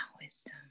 wisdom